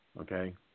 Okay